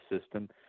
system